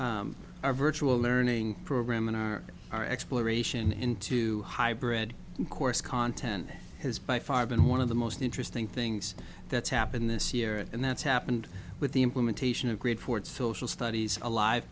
our virtual learning program and our our exploration into high bred course content has by far been one of the most interesting things that's happened this year and that's happened with the implementation of great ford still szell studies a live